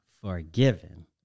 forgiven